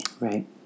Right